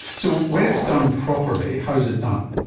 so when it's done properly, how is it done?